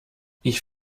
ich